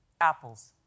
Apples